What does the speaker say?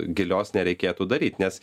gilios nereikėtų daryt nes